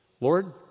Lord